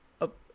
Up